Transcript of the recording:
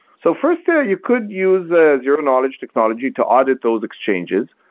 so first, yeah you could use a zero-knowledge technology to audit those exchanges,